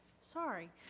sorry